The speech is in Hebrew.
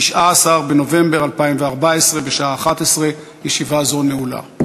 הצעת חוק זכויות החולה (תיקון מס'